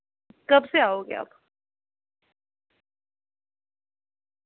कबसे आओगे आप